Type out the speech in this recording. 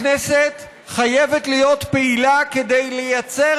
הכנסת חייבת להיות פעילה כדי לייצר